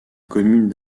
commune